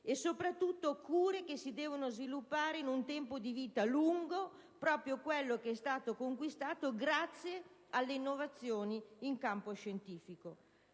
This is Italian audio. Si tratta di cure che si devono sviluppare in un tempo di vita lungo, quale è stato conquistato proprio grazie alle innovazioni in campo scientifico.